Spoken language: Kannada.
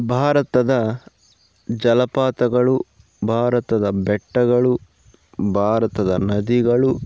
ಭಾರತದ ಜಲಪಾತಗಳು ಭಾರತದ ಬೆಟ್ಟಗಳು ಭಾರತದ ನದಿಗಳು